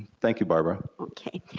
thank you, barbara. okay,